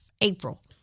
April